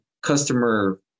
customer